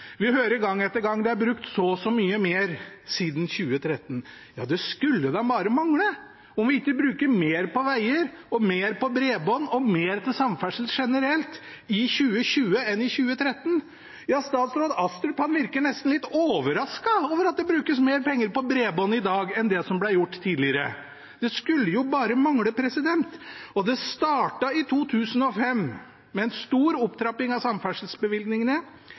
Vi hører gang etter gang at det er brukt så og så mye mer siden 2013. Ja, det skulle da bare mangle om vi ikke bruker mer på veger, mer på bredbånd, mer til samferdsel generelt i 2020 enn i 2013! Statsråd Astrup virker nesten litt overrasket over at det brukes mer penger på bredbånd i dag enn det som ble gjort tidligere. Det skulle bare mangle! Det startet i 2005 med en stor opptrapping av samferdselsbevilgningene.